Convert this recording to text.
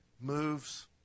moves